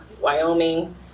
Wyoming